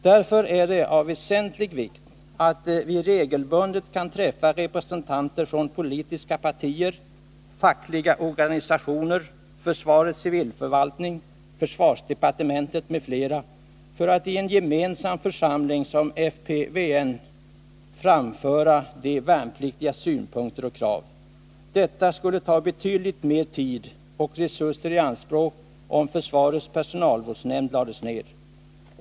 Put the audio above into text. Därför är det av väsentlig vikt att vi regelbundet kan träffa representanter från politiska partier, fackliga organisationer, Försvarets Civilförvaltning, FÖD m.fl., för att i en gemensam församling som FPVN framföra de värnpliktigas synpunkter och krav. Detta skulle ta betydligt mer tid och resurser i anspråk om FPYVN lades ned.